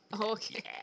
Okay